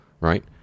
right